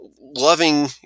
loving